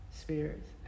spirits